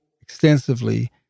extensively